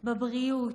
בבריאות,